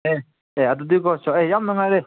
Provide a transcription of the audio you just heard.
ꯑꯦ ꯑꯦ ꯑꯗꯨꯗꯤꯀꯣ ꯑꯠꯆꯥ ꯌꯥꯝ ꯅꯨꯡꯉꯥꯏꯔꯦ